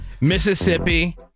Mississippi